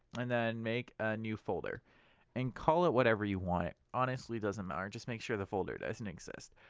and then make a new folder and call it whatever you want. it honestly doesn't matter, just make sure the folder doesn't exist.